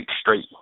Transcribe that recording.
straight